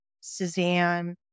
Suzanne